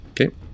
Okay